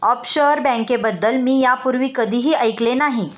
offshore बँकेबद्दल मी यापूर्वी कधीही ऐकले नाही